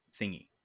thingy